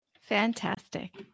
Fantastic